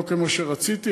לא כמו שרציתי,